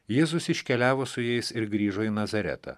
jėzus iškeliavo su jais ir grįžo į nazaretą